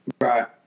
Right